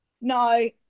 No